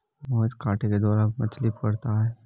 मोहित कांटे के द्वारा मछ्ली पकड़ता है